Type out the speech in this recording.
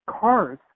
cars